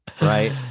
right